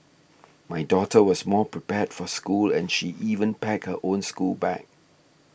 my daughter was more prepared for school and she even packed her own schoolbag